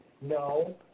No